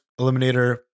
eliminator